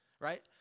right